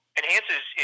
enhances